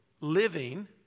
living